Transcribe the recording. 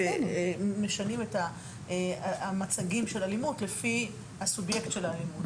משנים את המצגים של האלימות לפי הסובייקט של האלימות.